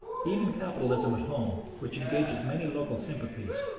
even capitalism at home, which engages many local sympathies,